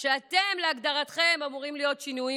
להגדרתכם הם אמורים להיות שינויים היסטוריים.